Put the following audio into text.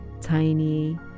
tiny